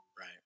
Right